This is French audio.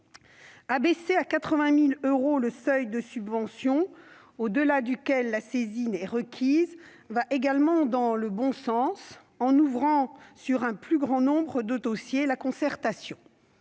Abaisser à 80 000 euros le seuil de subvention au-delà duquel la saisine est requise va également dans le bon sens, en ouvrant la concertation sur un plus grand nombre de dossiers. Il sera